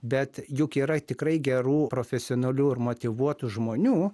bet juk yra tikrai gerų profesionalių ir motyvuotų žmonių